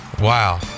Wow